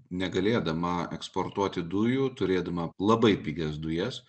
negalėdama eksportuoti dujų turėdama labai pigias dujas